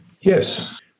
Yes